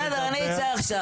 בסדר, אני אצא עכשיו.